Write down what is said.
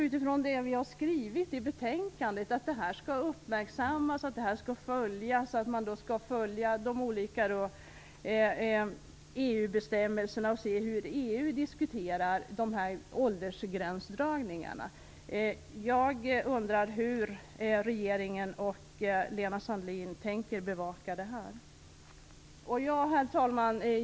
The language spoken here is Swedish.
Utifrån det som har skrivits i betänkandet, att frågan skall uppmärksammas och följas för att man skall se på EU-bestämmelserna och hur EU diskuterar åldergränsdragningarna undrar jag hur regeringen och Lena Sandlin tänker bevaka detta. Herr talman!